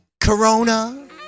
Corona